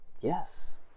Yes